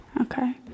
Okay